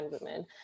women